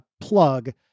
plug